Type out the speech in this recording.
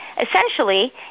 Essentially